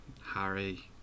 Harry